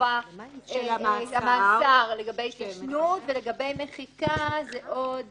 תקופה של מאסר לגבי התיישנות, ולגבי מחיקה זה עוד